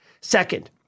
Second